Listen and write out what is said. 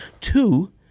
Two